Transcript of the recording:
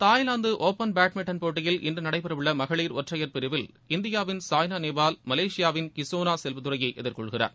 Thailand open badminton போட்டியில் இன்று நடைபெறவுள்ள மகளிர் ஒற்றையர் பிரிவில் இந்தியாவின் சாய்னா நேவால் மலேசியாவின் கிஸோனா செல்வதுரையை எதிர்கொள்கிறார்